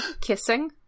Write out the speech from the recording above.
kissing